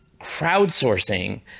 crowdsourcing